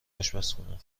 آشپزخونه